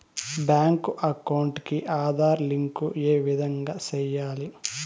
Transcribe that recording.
Bank account కి Aadhaar link ఏ విధంగా సెయ్యాలి?